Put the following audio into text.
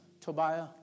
Tobiah